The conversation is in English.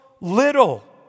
little